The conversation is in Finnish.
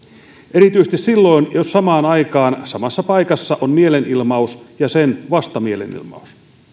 erityisesti silloin jos samaan aikaan samassa paikassa on mielenilmaus ja sen vastamielenilmaus